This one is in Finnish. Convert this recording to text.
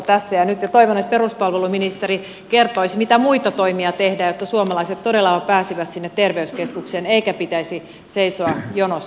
toivon että peruspalveluministeri kertoisi mitä muita toimia tehdään jotta suomalaiset todella pääsisivät sinne terveyskeskukseen eikä pitäisi seisoa jonossa